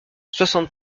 soixante